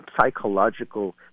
psychological